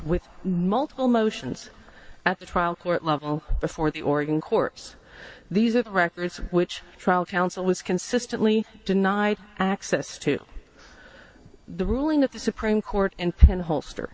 with multiple motions at the trial court level before the organ course these are records which trial counsel has consistently denied access to the ruling of the supreme court and in holster